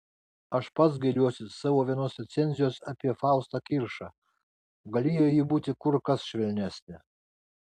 aš pats gailiuosi savo vienos recenzijos apie faustą kiršą galėjo ji būti kur kas švelnesnė